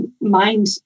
mind